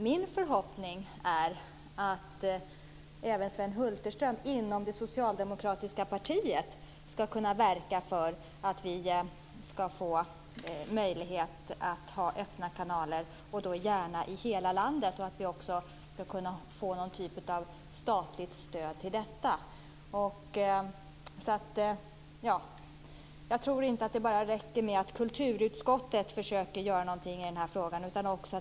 Min förhoppning är att Sven Hulterström även inom det socialdemokratiska partiet ska kunna verka för att vi ska få möjlighet till öppna kanaler, gärna i hela landet, och till någon typ av statligt stöd för detta. Jag tror inte att det räcker med att kulturutskottet försöker göra någonting i den här frågan.